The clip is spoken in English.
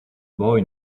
boy